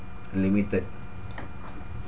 limited